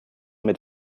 mit